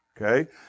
okay